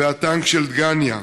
ועל הטנק של דגניה,